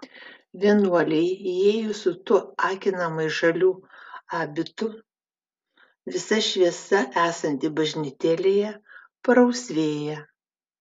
vienuolei įėjus su tuo akinamai žaliu abitu visa šviesa esanti bažnytėlėje parausvėja